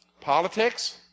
Politics